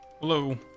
hello